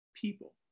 people